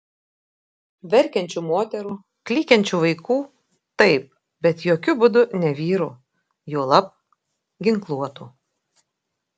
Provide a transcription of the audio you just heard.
verkiančių moterų klykiančių vaikų taip bet jokiu būdu ne vyrų juolab ginkluotų